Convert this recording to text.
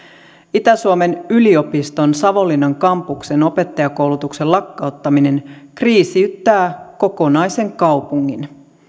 itä suomen yliopiston savonlinnan kampuksen opettajakoulutuksen lakkauttaminen kriisiyttää kokonaisen kaupungin